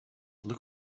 look